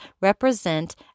represent